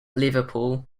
liverpool